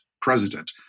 president